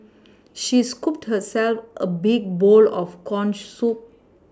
she scooped herself a big bowl of corn soup